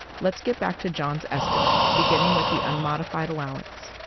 let's get back to john's estimate beginning with the unmodified allowance.